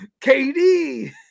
KD